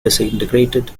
disintegrated